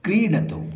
क्रीडतु